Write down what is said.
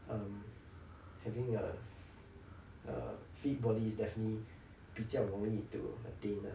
um having a uh fit body is definitely 比较容易 to attain lah